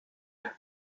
out